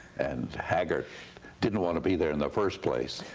and haggart didn't want to be there in the first place,